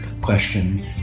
question